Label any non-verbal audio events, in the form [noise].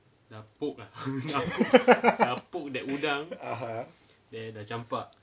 [laughs] (uh huh)